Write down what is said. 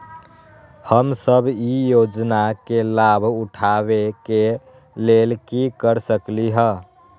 हम सब ई योजना के लाभ उठावे के लेल की कर सकलि ह?